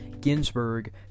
Ginsburg